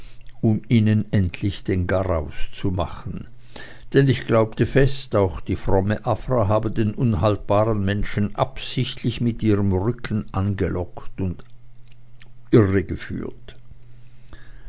um ihnen endlich den garaus zu machen denn ich glaubte fest auch die fromme afra habe den unhaltbaren menschen absichtlich mit ihrem rücken angelockt und